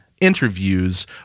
interviews